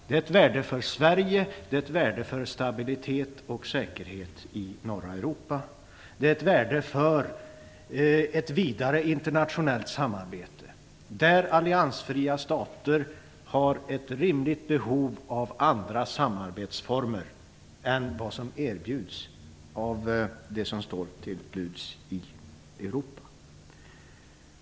Det är ett värde för Sverige, och det är ett värde för stabilitet och säkerhet i Norra Europa. Det är ett värde för ett vidare internationellt samarbete, där alliansfria stater har ett rimligt behov av andra samarbetsformer än vad som står till buds i Europa.